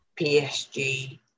PSG